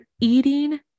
eating